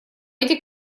эти